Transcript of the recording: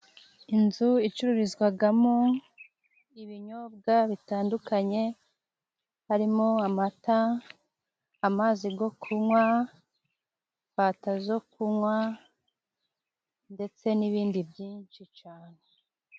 Inzu icururizwamo ibinyobwa bitandukanye harimo: amata, amazi yo kunywa, fanta zo kunywa ndetse n'ibindi byinshi cyane.